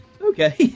okay